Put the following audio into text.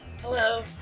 hello